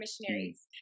missionaries